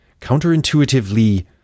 counterintuitively